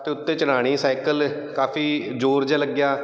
ਅਤੇ ਉੱਤੇ ਚੜ੍ਹਾਉਣੀ ਸਾਈਕਲ ਕਾਫੀ ਜ਼ੋਰ ਜਿਹਾ ਲੱਗਿਆ